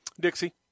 Dixie